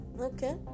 Okay